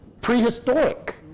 prehistoric